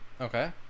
Okay